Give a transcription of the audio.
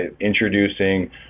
introducing